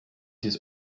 his